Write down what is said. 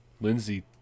Lindsey